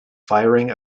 firing